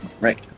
Right